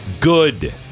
good